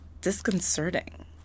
disconcerting